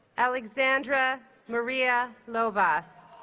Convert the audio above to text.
alexandra maria lovaas